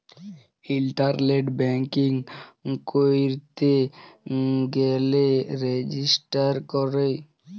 ইলটারলেট banking ক্যইরতে গ্যালে register ক্যরে